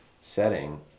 setting